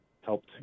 helped